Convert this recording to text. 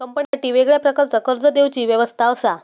कंपनीसाठी वेगळ्या प्रकारचा कर्ज देवची व्यवस्था असा